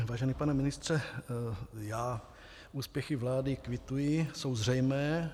Vážený pane ministře, já úspěchy vlády kvituji, jsou zřejmé.